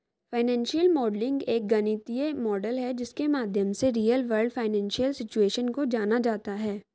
financial modelling एक गणितीय model है जिसके माध्यम से रियल वर्ल्ड फाइनेंशियल सिचुएशन को जाना जाता है